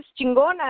chingona